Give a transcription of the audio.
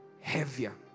heavier